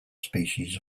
species